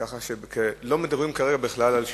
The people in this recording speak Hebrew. ככה שלא מדברים כרגע בכלל על שחרור.